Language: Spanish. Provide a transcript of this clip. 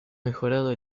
mejorado